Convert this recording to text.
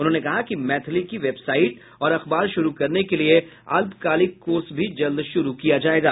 उन्होंने कहा कि मैथिली की वेबसाइट और अखबार शुरू करने के लिए अल्पकालिक कोर्स भी जल्द शुरू किया जाएगा